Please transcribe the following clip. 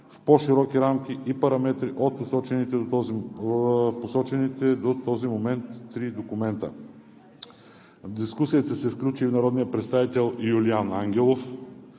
в по-широки рамки и параметри от посочените до този момент три документа. В дискусията се включи и народният представител Юлиан Ангелов,